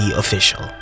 official